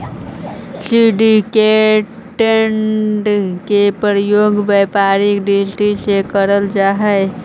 syndicated के प्रयोग व्यापारिक दृष्टि से करल जा हई